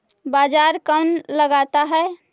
बाजार कौन लगाता है?